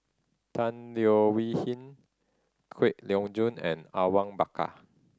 Tan Leo Wee Hin Kwek Loeng Joon and Awang Bakar